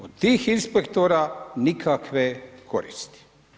Od tih inspektora nikakve koristi.